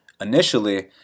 initially